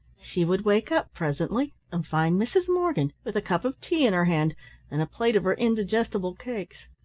she would wake up presently and find mrs. morgan with a cup of tea in her hand and a plate of her indigestible cakes.